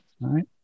right